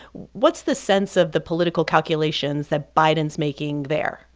what's the sense of the political calculations that biden's making there?